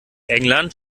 england